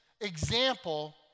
example